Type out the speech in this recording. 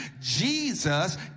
Jesus